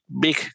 big